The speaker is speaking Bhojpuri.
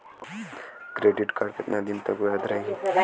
क्रेडिट कार्ड कितना दिन तक वैध रही?